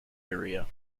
area